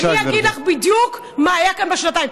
ואני אגיד לך בדיוק מה היה כאן בשנתיים.